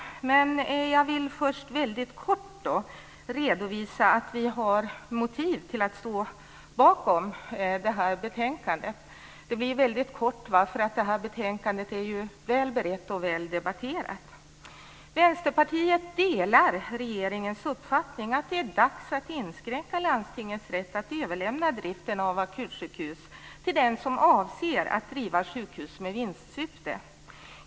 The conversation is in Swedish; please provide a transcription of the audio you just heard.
Men jag vill först väldigt kort redovisa våra motiv till att vi står bakom det här betänkandet. Jag ska fatta mig kort för betänkandet är ju väl berett och väl debatterat. Vänsterpartiet delar regeringens uppfattning att det är dags att inskränka landstingens rätt att överlämna driften av akutsjukhus till den som avser att driva sjukhus med vinstsyfte.